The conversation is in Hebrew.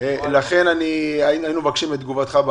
לכן היינו מבקשים את תגובתך.